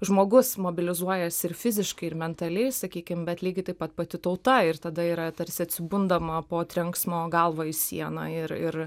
žmogus mobilizuojasi ir fiziškai ir mentalei sakykim bet lygiai taip pat pati tauta ir tada yra tarsi atsibundama po trenksmo galvą į sieną ir ir